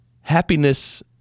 happiness